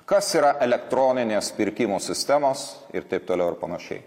kas yra elektroninės pirkimų sistemos ir taip toliau ir panašiai